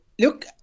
Look